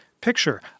picture